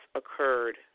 occurred